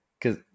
Cause